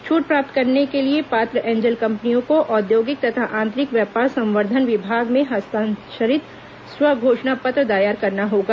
छूट प्राप्त करने के लिए पात्र एंजल कम्पनियों को औद्योगिक तथा आंतरिक व्यापार संवर्धन विभाग में हस्तांक्षरित स्वघोषणा पत्र दायर करना होगा